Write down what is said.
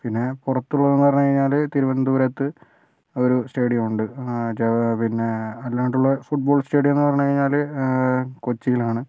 പിന്നെ പുറത്ത് പോകാമെന്ന് പറഞ്ഞ് കഴിഞ്ഞാല് തിരുവനന്തപുരത്ത് ഒരു സ്റ്റേഡിയമുണ്ട് ആ ജ പിന്നെ അല്ലാതെയുള്ള ഫുട്ബോൾ സ്റ്റേഡിയം എന്ന് പറഞ്ഞ് കഴിഞ്ഞാല് കൊച്ചിയിലാണ്